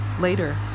later